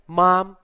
mom